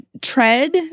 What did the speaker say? tread